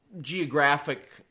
geographic